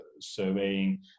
surveying